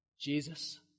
Jesus